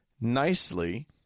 nicely